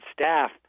staff